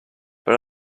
but